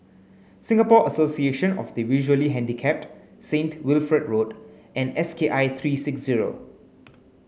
Singapore Association of the Visually Handicapped Saint Wilfred Road and S K I three six zero